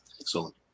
Excellent